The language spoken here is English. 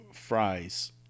fries